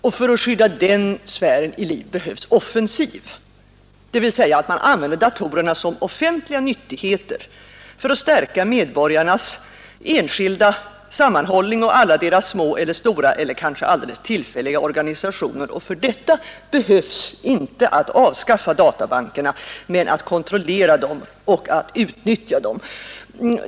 Och för att skydda den sfären i livet behövs offensiv, dvs. att man använder datorerna som offentliga nyttigheter för att stärka medborgarnas enskilda sammanhållning och alla deras små eller stora eller kanske alldeles tillfälliga organisationer. För detta är det inte nödvändigt att avskaffa databankerna men att kontrollera och utnyttja dem.